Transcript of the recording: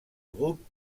groupes